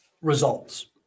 results